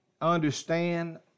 understand